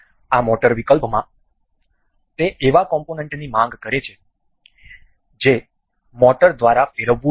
આ મોટર વિકલ્પમાં તે એવા કોમ્પોનન્ટની માંગ કરે છે જે મોટર દ્વારા ફેરવવું છે